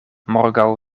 morgaŭ